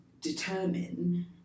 determine